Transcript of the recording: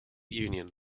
union